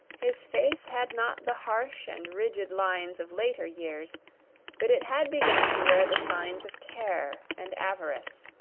his face had not the harsh and rigid lines of later years but it had begun to wear the signs of care and avarice.